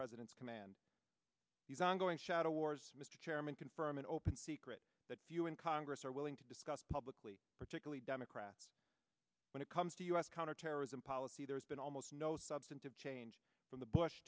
president's command these ongoing shadow wars mr chairman confirm an open secret that do you in congress are willing to discuss publicly particularly democrats when it comes to u s counterterror in policy there's been almost no substantive change from the bush